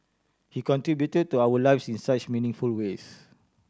he contributed to our lives in such meaningful ways